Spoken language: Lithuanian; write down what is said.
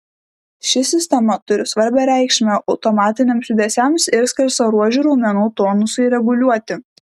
ši sistema turi svarbią reikšmę automatiniams judesiams ir skersaruožių raumenų tonusui reguliuoti